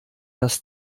das